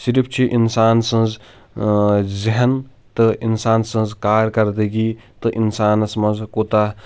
صِرِف چھِ انسان سٕنٛز ذیہٮ۪ن تہٕ انسان سٕنٛز کارکردٕگی تہٕ انسانَس منٛز کوٗتاہ